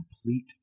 complete